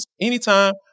anytime